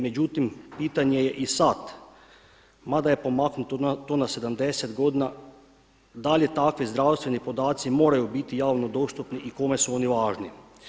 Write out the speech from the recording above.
Međutim, pitanje je i sada, mada je pomaknuto to na 70 godina, da li takvi zdravstveni podaci moraju biti javno dostupni i kome su oni važni?